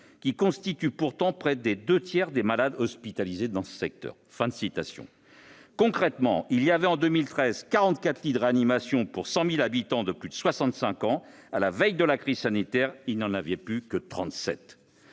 qui constituent pourtant près des deux tiers des malades hospitalisés dans ce secteur. Concrètement, en 2013, il y avait 44 lits de réanimation pour 100 000 habitants de plus de 65 ans ; à la veille de la crise sanitaire, il n'y avait plus que 37.